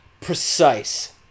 precise